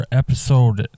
episode